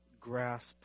grasp